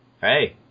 Hey